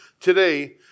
today